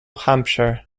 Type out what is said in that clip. hampshire